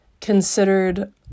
considered